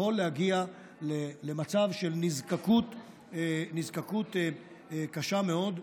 יכול להגיע למצב של נזקקות קשה מאוד,